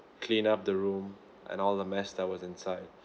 clean up the room and all the mess that was inside